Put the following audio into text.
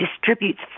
distributes